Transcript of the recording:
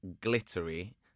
glittery